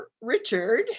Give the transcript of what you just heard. Richard